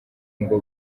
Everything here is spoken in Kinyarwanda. ngo